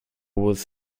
was